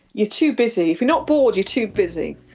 you're too busy. if you're not bored, you're too busy.